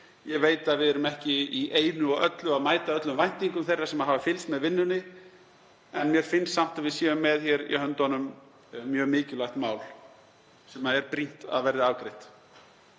Ég veit að við erum ekki í einu og öllu að mæta öllum væntingum þeirra sem hafa fylgst með vinnunni en mér finnst samt að við séum með hér í höndunum mjög mikilvægt mál sem er brýnt að verði afgreitt.